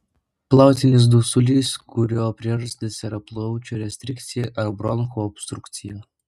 plautinis dusulys kurio priežastys yra plaučių restrikcija ar bronchų obstrukcija